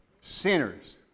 Sinners